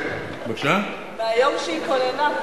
מהיום שהיא כוננה,